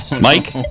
Mike